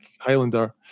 Highlander